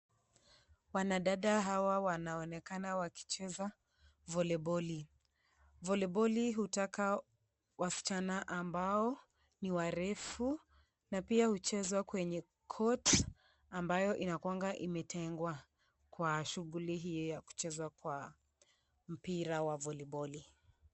Wanadada hawa wanaonekana wakicheza voliboli, voliboli hutaka wasichana ambao ni warefu na pia huchezwa kwenye kot ambayo inakuanga imetengwa kwa shughuli hii ya kucheza kwa mpira wa voliboli.